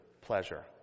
pleasure